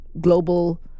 global